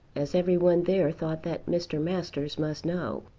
as every one there thought that mr. masters must know.